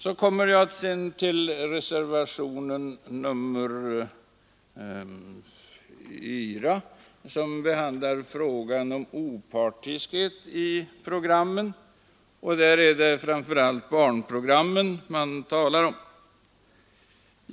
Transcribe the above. Så kommer jag till reservationen 4, som behandlar frågan om opartiskhet i programmen. Där är det framför allt barnprogrammen som tas upp.